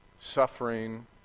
Suffering